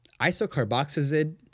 isocarboxazid